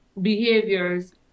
behaviors